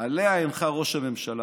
שהנחה ראש הממשלה,